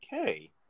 Okay